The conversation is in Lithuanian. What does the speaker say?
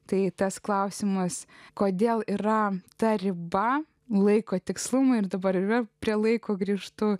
tai tas klausimas kodėl yra ta riba laiko tikslumui ir dabar yra prie laiko grįžtu